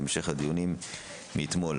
המשך הדיונים מאתמול.